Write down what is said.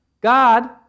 God